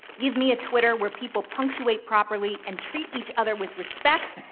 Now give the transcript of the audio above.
give me a twitter where people punctuate properly and treat each other with respect,